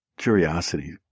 curiosity